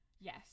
Yes